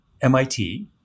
MIT